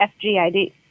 FGID